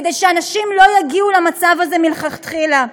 כדי שאנשים לא יגיעו למצב הזה מלכתחילה.